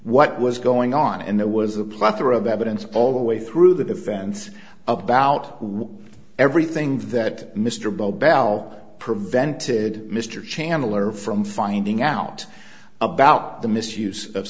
what was going on and there was a plethora of evidence all the way through the defense about everything that mr beau bell prevented mr channeler from finding out about the misuse of